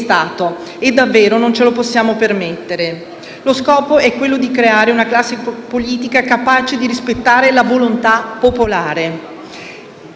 Stato e davvero non ce lo possiamo permettere. Lo scopo è quello di creare una classe politica capace di rispettare la volontà popolare,